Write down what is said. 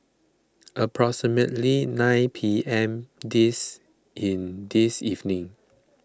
approximately nine P M this in this evening